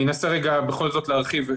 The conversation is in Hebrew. אני אנסה בכל זאת להרחיב.